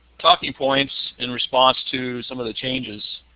talking points in response to some of the changes.